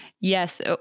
Yes